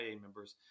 members